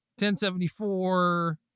1074